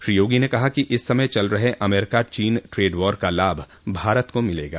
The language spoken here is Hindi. श्री योगी ने कहा कि इस समय चल रहे अमरीका चीन ट्रेड वार का लाभ भारत को मिलेगा